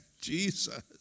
Jesus